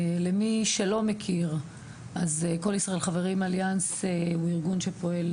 למי שלא מכיר אז "כל ישראל חברים אליאנס" הוא ארגון שפועל